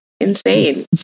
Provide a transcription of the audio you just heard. Insane